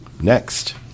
next